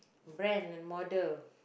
brand and model